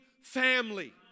family